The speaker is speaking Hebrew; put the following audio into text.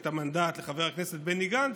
את המנדט לחבר הכנסת בני גנץ,